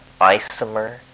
isomer